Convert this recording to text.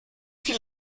viel